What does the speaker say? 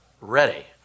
ready